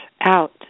out